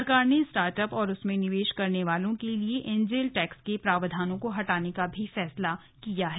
सरकार ने स्टार्टअप और उनमें निवेश करने वालों के लिए एंजेल टैक्स के प्रावधानों को हटाने का भी फैसला किया है